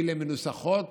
אלה מנוסחות